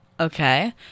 Okay